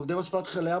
עובדי מספנת חיל הים,